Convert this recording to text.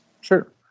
Sure